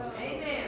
Amen